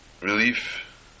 relief